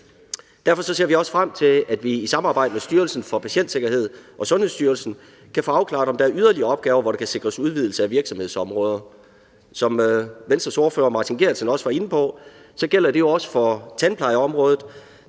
Derfor ser vi også frem til, at vi i samarbejde med Styrelsen for Patientsikkerhed og Sundhedsstyrelsen kan få afklaret, om der er yderligere opgaver, hvor der kan sikres udvidelse af virksomhedsområder. Som Venstres ordfører, hr. Martin Geertsen, også var inde på, gælder det jo også for tandplejeområdet,